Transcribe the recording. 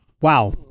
wow